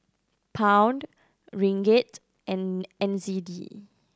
Pound Ringgit and N Z D